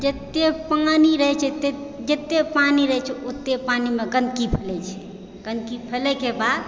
जेत्ते पानि रहै छै जेत्ते पानि रहै छै ओत्तै पानिमे गन्दगी फैले छै गन्दगी फैलैके बाद